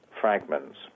fragments